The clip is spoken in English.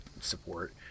support